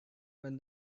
when